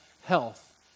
health